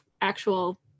actual